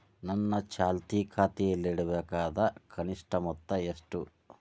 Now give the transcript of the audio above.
ನನ್ನ ಚಾಲ್ತಿ ಖಾತೆಯಲ್ಲಿಡಬೇಕಾದ ಕನಿಷ್ಟ ಮೊತ್ತ ಎಷ್ಟು?